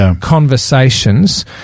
conversations